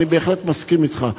אני בהחלט מסכים אתך.